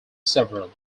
several